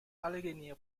allegheny